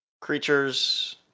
creatures